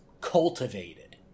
cultivated